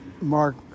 Mark